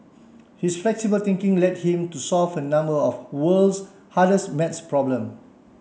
his flexible thinking led him to solve a number of the world's hardest math problem